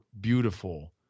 beautiful